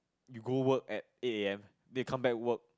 you go work at eight A_M then you come back work